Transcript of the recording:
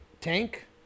Tank